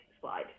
slide